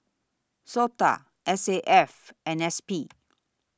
Sota S A F and S P